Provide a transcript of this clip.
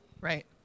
Right